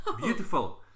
beautiful